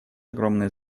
огромное